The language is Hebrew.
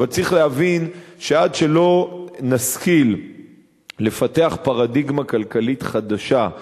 אבל צריך להבין שעד שלא נשכיל לפתח פרדיגמה כלכלית חדשה,